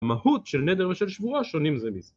המהות של נדר ושל שבועה, שונים זה מזה.